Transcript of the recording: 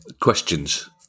questions